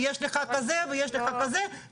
ויש לך כזה ויש לך כזה,